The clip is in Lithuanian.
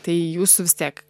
tai jūs vis tiek